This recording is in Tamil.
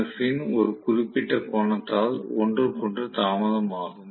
எஃப் ன் ஒரு குறிப்பிட்ட கோணத்தால் ஒன்றுக்கொன்று தாமதமாகும்